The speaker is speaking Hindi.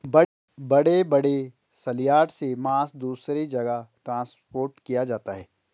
बड़े बड़े सलयार्ड से मांस दूसरे जगह ट्रांसपोर्ट किया जाता है